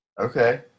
Okay